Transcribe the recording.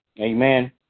Amen